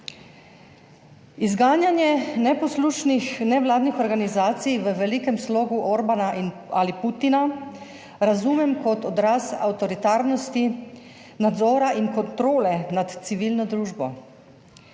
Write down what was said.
Izganjanje neposlušnih nevladnih organizacij v velikem slogu Orbana in ali Putina razumem kot odraz avtoritarnosti, nadzora in kontrole nad civilno družbo.